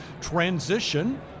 transition